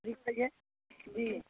जी कहिए जी